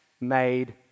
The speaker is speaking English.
made